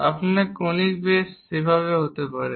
আপনার conic base সেভাবে হতে পারে